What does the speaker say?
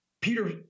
Peter